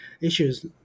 issues